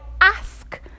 ask